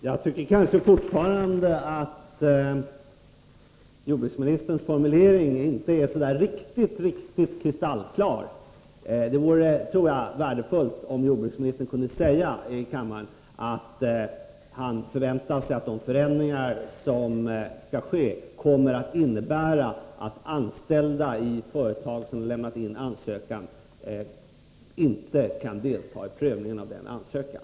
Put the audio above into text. Fru talman! Jag tycker fortfarande att jordbruksministerns formulering inte är riktigt kristallklar. Jag tror att det vore värdefullt om jordbruksministern kunde ge oss ett besked här i kammaren. Förväntar sig jordbruksministern att de förändringar som skall ske kommer att innebära att anställda i företag som lämnat in en ansökan inte kan delta i prövningen av den ansökan?